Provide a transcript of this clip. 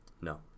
No